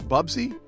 Bubsy